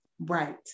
Right